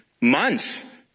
months